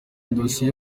dosiye